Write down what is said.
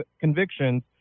convictions